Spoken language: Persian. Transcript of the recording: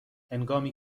هنگامی